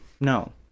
no